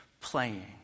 playing